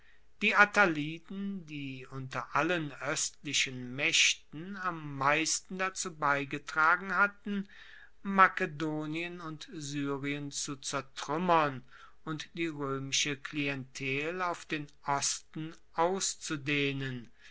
die attaliden die unter allen oestlichen maechten am meisten dazu beigetragen hatten makedonien und syrien zu zertruemmern und die roemische klientel auf den osten auszudehnen